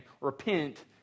Repent